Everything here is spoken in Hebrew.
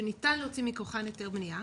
שניתן להוציא מכוחן היתר בנייה,